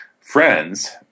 friends